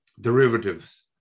derivatives